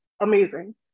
amazing